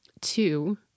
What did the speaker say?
Two